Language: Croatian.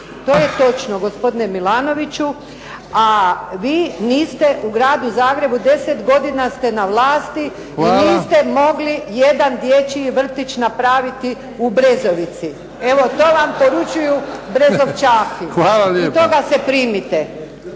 To je točno gospodine Milanoviću. A vi niste u gradu Zagrebu, deset godina ste na vlasti i niste mogli jedan dječji vrtić napraviti u Brezovici. Evo, to vam poručuju Brezovčaki i toga se primite.